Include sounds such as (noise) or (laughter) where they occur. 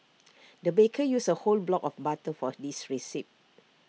(noise) the baker used A whole block of butter for this recipe